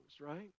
right